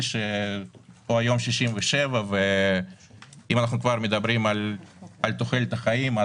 שהיום הוא 67. אם אנחנו מדברים על תוחלת החיים,